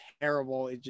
terrible